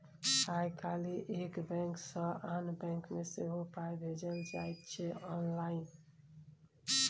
आय काल्हि एक बैंक सँ आन बैंक मे सेहो पाय भेजल जाइत छै आँनलाइन